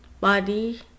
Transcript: body